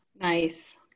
Nice